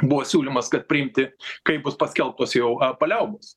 buvo siūlymas kad priimti kai bus paskelbtos jau a paliaubos